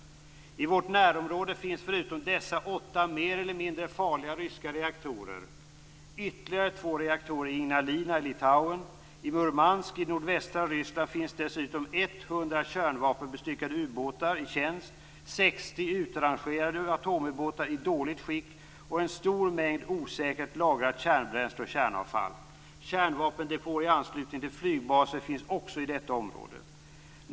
I vårt närområde finns förutom dessa åtta mer eller mindre farliga ryska reaktorer ytterligare två reaktorer i Ignalina, Litauen och i Murmansk. I nordvästra Ryssland finns dessutom 100 kärnvapenbestyckade ubåtar i tjänst, 60 utrangerade atomubåtar i dåligt skick och en stor mängd osäkert lagrat kärnbränsle och kärnavfall. Kärnvapendepåer i anslutning till flygbaser finns också i detta område.